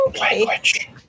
language